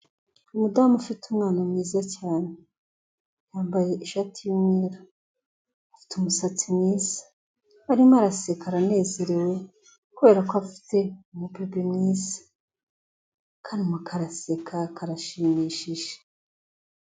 Umudamu ufite umwana mwiza cyane, yambaye ishati y'umweru, afite umusatsi mwiza arimo araseka aranezerewe kubera ko afite umubebe mwiza, akana karaseka karashimishije.